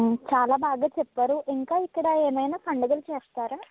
చాలా బాగా చెప్పారు ఇంకా ఇక్కడ ఏమైనా పండగలు చేస్తారా